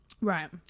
Right